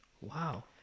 Wow